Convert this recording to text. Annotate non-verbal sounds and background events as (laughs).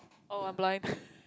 oh I'm blind (laughs)